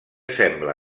sembla